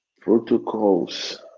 protocols